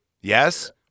yes